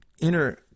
inner